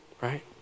right